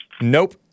Nope